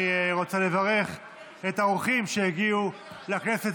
אני רוצה לברך את האורחים שהגיעו לכנסת,